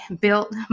built